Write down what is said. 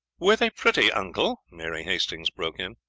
were they pretty, uncle? mary hastings broke in.